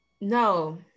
no